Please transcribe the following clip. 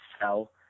sell